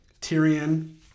Tyrion